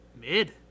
mid